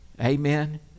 Amen